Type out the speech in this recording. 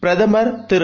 பிரதமர் திரு